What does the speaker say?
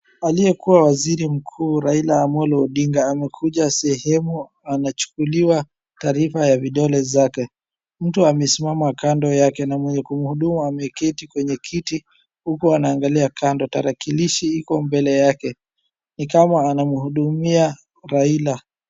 Aliyekuwa waziri mkuu Raila Amollo Odinga, amekuja sehemu anachukuliwa taarifa ya vidole zake. Mtu amesimama kando yake na mwenye kumhudumu ameketi kwenye kiti huku anaangalia kando. Tarakilishi iko mbele yake ni kama anamhudumia Raila.